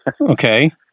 okay